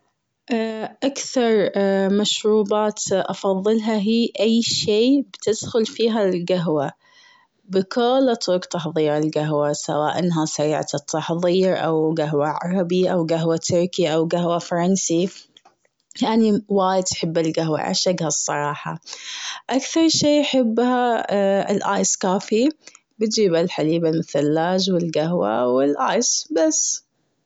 أكثر مشروبات أفضلها هي أي شيء بتدخل فيها القهوة. بكل طرق تحضيرها القهوة سواء أنها سريعة التحضير أو قهوة عربي أو قهوة تركي أو قهوة فرنسي. يعني وايد يحب القهوة اعشقها الصراحة. أكثر شي يحبها ال iced coffee ، بتجيب الحليب المثلج والقهوة و ال ice بس.